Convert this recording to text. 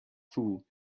fool